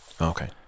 Okay